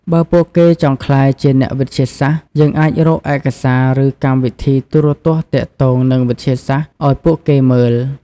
បើពួកគេចង់ក្លាយជាអ្នកវិទ្យាសាស្ត្រ យើងអាចរកឯកសារ ឬកម្មវិធីទូរទស្សន៍ទាក់ទងនឹងវិទ្យាសាស្ត្រឲ្យពួកគេមើល។